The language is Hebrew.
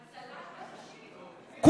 הצלת אנשים, הצלת חיים.